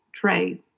trade